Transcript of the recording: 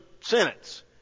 sentence